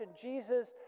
Jesus